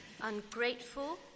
ungrateful